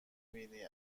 بینی